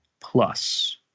Plus